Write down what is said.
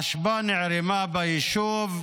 האשפה נערמה ביישוב,